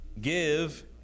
Give